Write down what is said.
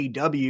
AW